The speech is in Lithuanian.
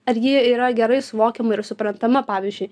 ar ji yra gerai suvokiama ir suprantama pavyzdžiui